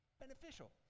beneficial